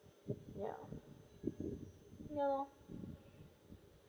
ya ya lah